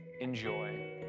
Enjoy